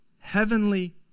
heavenly